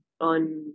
on